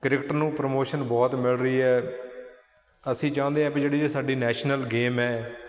cricket ਨੂੰ promotion ਬਹੁਤ ਮਿਲ ਰਹੀ ਹੈ ਅਸੀਂ ਚਾਹੁੰਦੇ ਹਾਂ ਵੀ ਜਿਹੜੀ ਇਹ ਸਾਡੀ ਨੈਸ਼ਨਲ ਗੇਮ ਹੈ